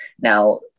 Now